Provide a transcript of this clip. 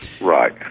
Right